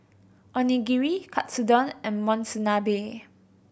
Onigiri Katsudon and Monsunabe